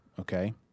okay